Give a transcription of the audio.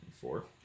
Four